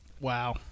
wow